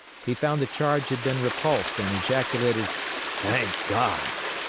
he found the charge had been repulsed and ejaculated thank god!